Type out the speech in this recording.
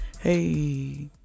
Hey